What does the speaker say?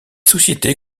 sociétés